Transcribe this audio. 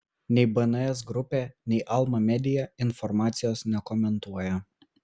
nei bns grupė nei alma media informacijos nekomentuoja